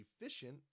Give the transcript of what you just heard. efficient